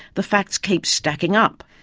the facts keep stacking up.